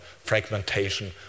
fragmentation